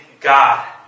God